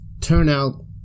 turnout